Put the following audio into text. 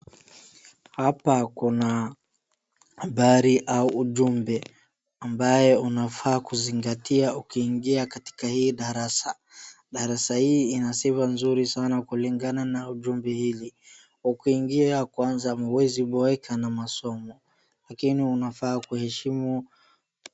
Hapa kuna habari au ujumbe ambayo unafaa kuzingatia ukiingia katika hii darasa. Darasa hii ina sifa nzuri sana kulingana na ujumbe hili. Ukiingia kwanza huwezi boeka na masomo lakini unafaa kuheshimu.